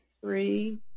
three